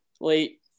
late